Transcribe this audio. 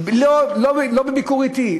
לא בביקור אתי,